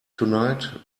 tonight